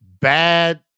Bad